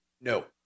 No